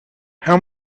how